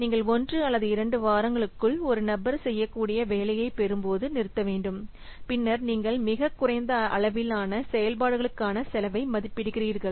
நீங்கள் ஒன்று அல்லது இரண்டு வாரங்களுக்குள் ஒரு நபர் செய்யக்கூடிய வேலையைபெறும்போது நிறுத்த வேண்டும் பின்னர் நீங்கள் மிகக் குறைந்த அளவிலான செயல்பாடுகளுக்கான செலவை மதிப்பிடுகிறீர்கள்